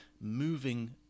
moving